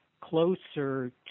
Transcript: closer